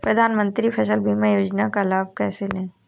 प्रधानमंत्री फसल बीमा योजना का लाभ कैसे लें?